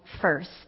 first